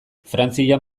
frantzian